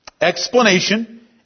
explanation